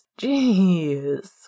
Jeez